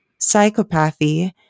Psychopathy